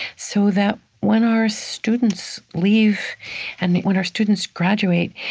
so that when our students leave and when our students graduate,